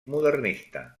modernista